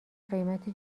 قیمت